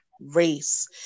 race